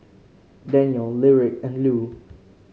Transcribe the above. Danniel Lyric and Lue